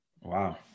Wow